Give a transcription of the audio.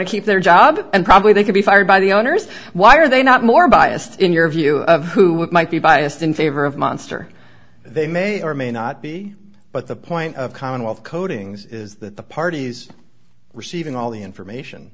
to keep their job and probably they could be fired by the owners why are they not more biased in your view of who might be biased in favor of monster they may or may not be but the point of commonwealth coatings is that the parties receiving all the information